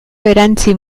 erantsi